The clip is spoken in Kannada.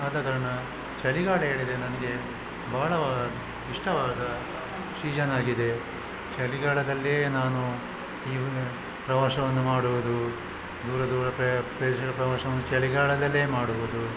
ಆದ ಕಾರಣ ಚಳಿಗಾಲ ಹೇಳಿದರೆ ನನಗೆ ಬಹಳ ಬಹಳ ಇಷ್ಟವಾದ ಸೀಸನಾಗಿದೆ ಚಳಿಗಾಲದಲ್ಲೇ ನಾನು ಈ ಪ್ರವಾಸವನ್ನು ಮಾಡುವುದು ದೂರ ದೂರ ಪ್ರಯಾ ಪ್ರವಾಸವನ್ನು ಚಳಿಗಾಲದಲ್ಲೇ ಮಾಡುವುದು